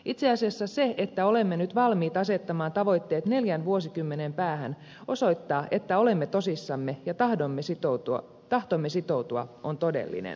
itse asiassa se että olemme nyt valmiit asettamaan tavoitteet neljän vuosikymmenen päähän osoittaa että olemme tosissamme ja tahtomme sitoutua on todellinen